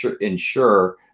ensure